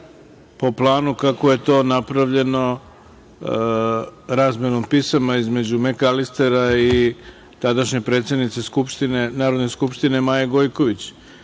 po planu kako je to napravljeno razmenom pisama između Mekalistera i tadašnje predsednice Narodne skupštine Maje Gojković. Vi